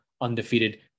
undefeated